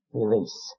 release